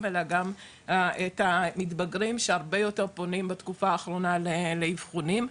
אלא גם את המתבגרים שהרבה יותר פונים בתקופה האחרונה לאבחונים.